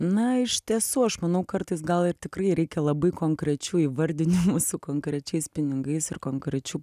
na iš tiesų aš manau kartais gal ir tikrai reikia labai konkrečių įvardinimų su konkrečiais pinigais ir konkrečių